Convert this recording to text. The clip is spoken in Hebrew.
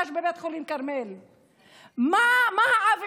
שמייצגים את כלל החברה וכוללים את כלל האוכלוסיות